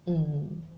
mm